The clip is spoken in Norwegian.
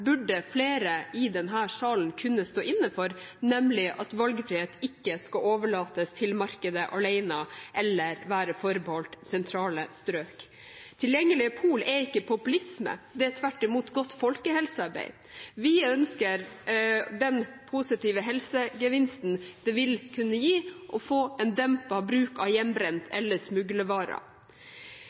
burde flere i denne salen kunne stå inne for, nemlig at valgfrihet ikke skal overlates til markedet alene eller være forbeholdt sentrale strøk. Tilgjengelige pol er ikke populisme, det er tvert imot godt folkehelsearbeid. Vi ønsker den positive helsegevinsten det vil kunne gi å få en dempet bruk av hjemmebrent eller